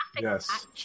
Yes